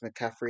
McCaffrey